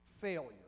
failure